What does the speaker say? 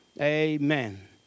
Amen